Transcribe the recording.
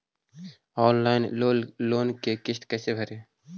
Online loan के किस्त कैसे भरे?